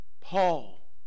Paul